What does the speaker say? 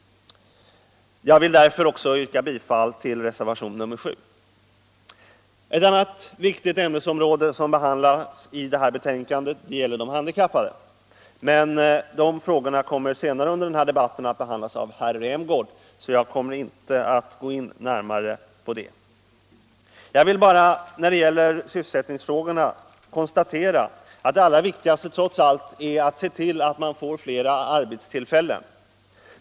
Jag vill därför yrka bifall till reservationen 7. Ett annat viktigt ämnesområde som behandlas i detta betänkande gäller de handikappade. Men de frågorna kommer senare under den här debatten att behandlas av herr Rämgård, så jag skall inte gå in närmare på dem. Jag vill bara när det gäller sysselsättningsfrågorna konstatera att det allra viktigaste trots allt är att se till att man får fler arbetstillfällen.